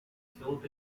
philip